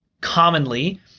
commonly